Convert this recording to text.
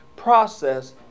process